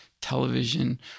television